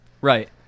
Right